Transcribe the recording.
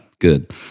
good